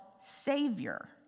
Savior